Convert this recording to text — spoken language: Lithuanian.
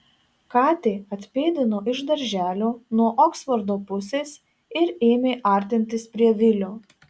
katė atpėdino iš darželio nuo oksfordo pusės ir ėmė artintis prie vilio